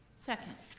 second.